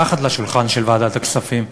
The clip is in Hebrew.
מתחת לשולחן של ועדת הכספים,